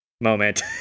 moment